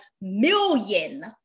million